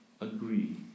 agree